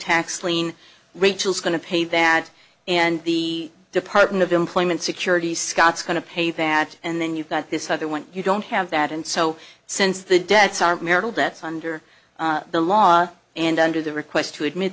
tax lien rachel's going to pay that and the department of employment security scott's going to pay that and then you've got this other one you don't have that and so since the debts are marital debts under the law and under the request to admit